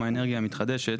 הכנסת.